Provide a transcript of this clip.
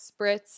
spritz